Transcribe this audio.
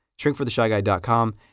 shrinkfortheshyguy.com